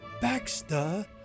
Baxter